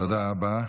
תודה רבה.